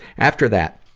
after that,